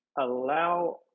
allow